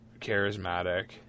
charismatic